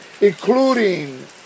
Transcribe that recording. including